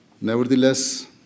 Nevertheless